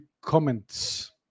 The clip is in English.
comments